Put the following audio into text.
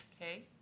okay